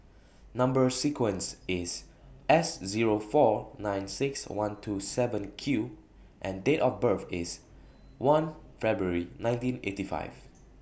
Number sequence IS S Zero four nine six one two seven Q and Date of birth IS one February nineteen eighty five